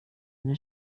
eine